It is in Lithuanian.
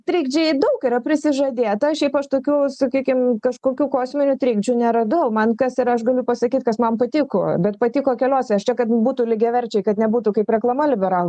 trikdžiai daug yra prisižadėta šiaip aš tokių sakykim kažkokių kosminių trikdžių neradau man kas yra aš galiu pasakyt kas man patiko bet patiko keliose aš čia kad būtų lygiaverčiai kad nebūtų kaip reklama liberalų